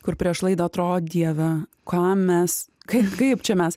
kur prieš laidą atrodo dieve ką mes kaip kaip čia mes